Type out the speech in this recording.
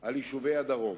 על יישובי הדרום.